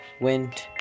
went